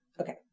Okay